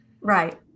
right